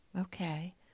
Okay